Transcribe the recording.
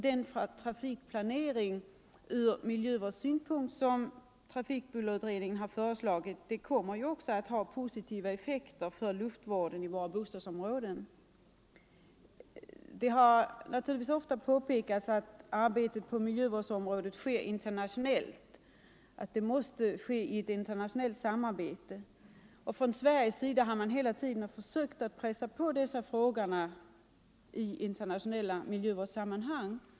Den trafikplanering ur miljövårdssynpunkt som trafikbullerutredningen föreslagit kommer också att ha positiva effekter för luftvården i våra bostadsområden. Det har ofta påpekats att arbetet på miljövårdsområdet måste ske i internationell samverkan. Från svensk sida har man hela tiden försökt att pressa på i internationella miljövårdssammanhang.